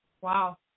Wow